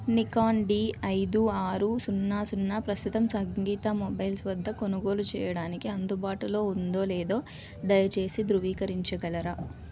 Nikon D ఐదు ఆరు సున్నా సున్నా ప్రస్తుతం సంగీత మొబైల్స్ వద్ద కొనుగోలు చేయడానికి అందుబాటులో ఉందో లేదో దయచేసి ధృవీకరించగలరా